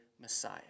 Messiah